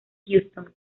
houston